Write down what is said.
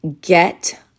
Get